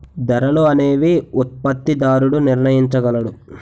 ధరలు అనేవి ఉత్పత్తిదారుడు నిర్ణయించగలడు